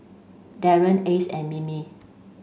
Darrien Ace and Mimi